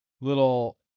little